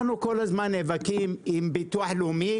אנחנו כל הזמן נאבקים עם הביטוח הלאומי,